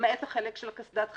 למעט החלק של הקסדת חצי.